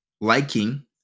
liking